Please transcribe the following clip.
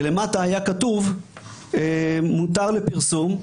ולמטה היה כתוב "מותר לפרסום",